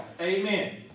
Amen